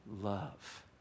love